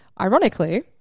Ironically